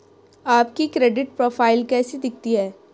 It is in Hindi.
आपकी क्रेडिट प्रोफ़ाइल कैसी दिखती है?